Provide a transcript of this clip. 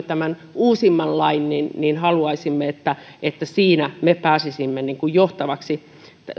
tämän uusimman lain haluaisimme että että siinä me pääsisimme johtavaksi